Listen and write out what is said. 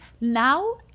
Now